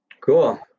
Cool